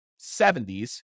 70s